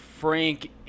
Frank